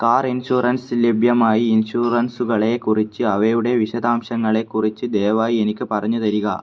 car insurance ലഭ്യമായി ഇൻഷുറൻസുകളെ കുറിച്ച് അവയുടെ വിശദാംശങ്ങളെ കുറിച്ച് ദയവായി എനിക്ക് പറഞ്ഞു തരിക